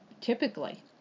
typically